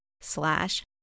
slash